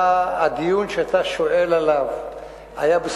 היה, הדיון שאתה שואל עליו היה.